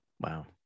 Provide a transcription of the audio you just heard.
wow